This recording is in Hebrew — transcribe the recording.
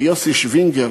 ויוסי שווינגר,